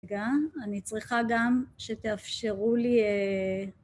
רגע, אני צריכה גם שתאפשרו לי...